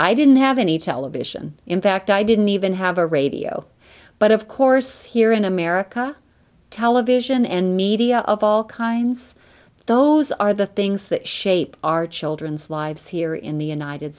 i didn't have any television in fact i didn't even have a radio but of course here in america television and media of all kinds those are the things that shape our children's lives here in the united